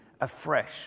afresh